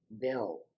Bill